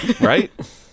Right